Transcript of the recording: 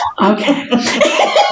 Okay